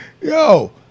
Yo